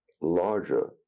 larger